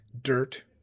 Dirt